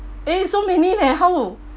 eh so many meh how